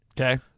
Okay